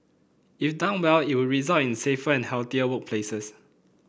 if done well it would result in safer and healthier workplaces